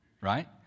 right